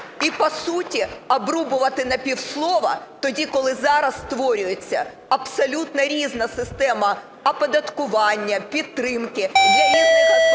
і по суті обрубувати на півслова тоді, коли зараз створюється абсолютно різна система оподаткування, підтримки для різних господарюючих